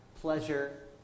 pleasure